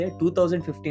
2015